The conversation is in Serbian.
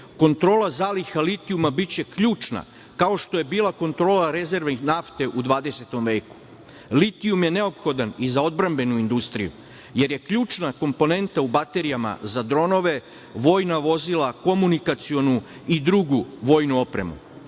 kontrola zaliha litijuma biće ključna, kao što je bila kontrola rezervi nafte u 20. veku. Litijum je neophodan i za odbrambenu industriju, jer je ključna komponenta u baterijama za dronove, vojna vozila, komunikacionu i drugu vojnu opremu.